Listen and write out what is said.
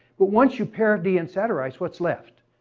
but once you parody and satirize, what's left?